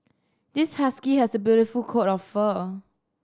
this husky has a beautiful coat of fur